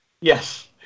Yes